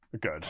good